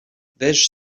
beige